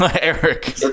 Eric